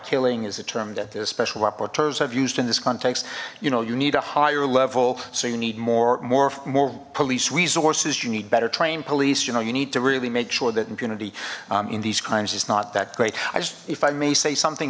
killing is the term that the special rapporteurs have used in this context you know you need a higher level so you need more more more police resources you need better trained police you know you need to really make sure that impunity in these crimes is not that great if i may say something